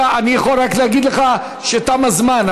אני יכול רק להגיד לך כשתם הזמן,